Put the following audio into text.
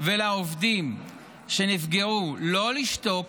ולעובדים שנפגעו לא לשתוק